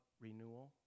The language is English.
renewal